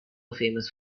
famous